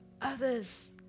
others